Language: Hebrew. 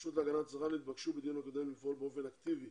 הרשות להגנת הצרכן נתבקשה בדיון הקודם לפעול באופן אקטיבי